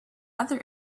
other